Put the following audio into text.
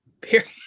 period